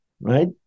right